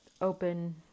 open